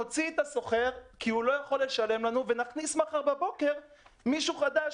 נוציא את השוכר כי הוא לא יכול לשלם לנו ונכניס מחר בבוקר מישהו חדש,